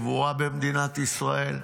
לקבורה במדינת ישראל,